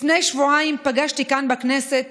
לפני שבועיים פגשתי כאן בכנסת